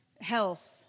health